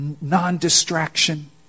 non-distraction